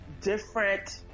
different